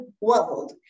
world